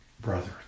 brother